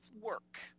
work